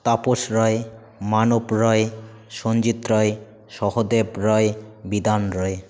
Tapas Roy Manab Roy Sanjit Roy Sahadev Roy Bidhan Roy